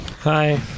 Hi